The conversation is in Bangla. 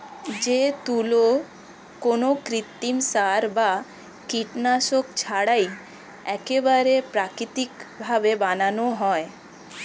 যে তুলো কোনো কৃত্রিম সার বা কীটনাশক ছাড়াই একেবারে প্রাকৃতিক ভাবে বানানো হয়